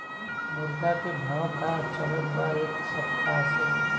मुर्गा के भाव का चलत बा एक सप्ताह से?